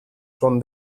son